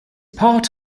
part